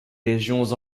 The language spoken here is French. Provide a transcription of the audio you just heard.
régions